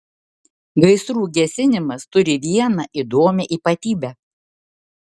gaisrų gesinimas turi vieną įdomią ypatybę